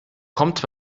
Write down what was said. kommt